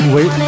Wait